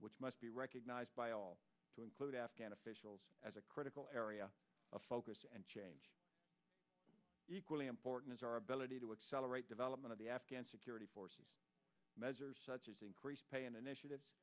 which must be recognized by all to include afghan officials as a critical area of focus and change equally important is our ability to accelerate development of the afghan security forces measures such as increased pay and initiative